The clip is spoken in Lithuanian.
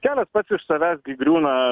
kelias pats iš savęs gi griūna